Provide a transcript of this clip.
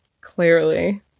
clearly